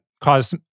cause